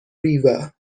river